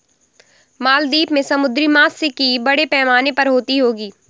मालदीव में समुद्री मात्स्यिकी बड़े पैमाने पर होती होगी